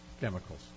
Chemicals